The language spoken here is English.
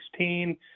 2016